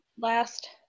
last